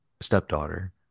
stepdaughter